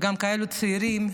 וגם כאלה צעירים,